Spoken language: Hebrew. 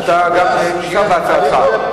אתה גם נשאר בהצעתך?